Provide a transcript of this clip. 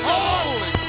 Holy